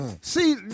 See